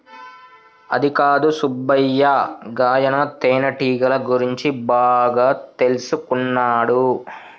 అదికాదు సుబ్బయ్య గాయన తేనెటీగల గురించి బాగా తెల్సుకున్నాడు